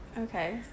Okay